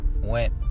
went